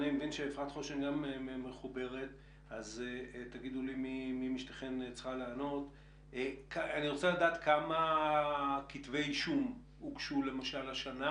אני רוצה לדעת כמה כתבי אישום הוגשו השנה